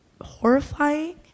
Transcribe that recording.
horrifying